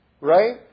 Right